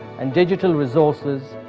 and digital resources,